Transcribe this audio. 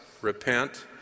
repent